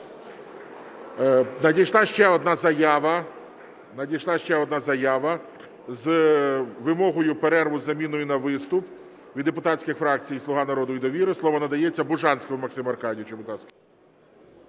Надійшла ще одна заява з вимогою перерви із заміною на виступ від депутатських фракцій "Слуга народу" і "Довіра". Слово надається Бужанському Максиму Аркадійовичу,